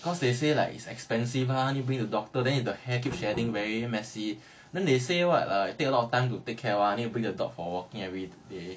cause they say like it's expensive lah need bring to doctor then the hair keep shedding very messy then they say what lah need a lot of time to take care need to bring the dog for walking everyday